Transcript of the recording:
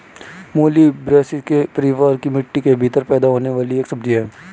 मूली ब्रैसिसेकी परिवार की मिट्टी के भीतर पैदा होने वाली एक सब्जी है